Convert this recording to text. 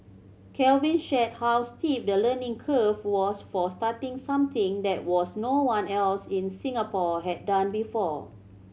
Calvin shared how steep the learning curve was for starting something that was no one else in Singapore had done before